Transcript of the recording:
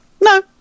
No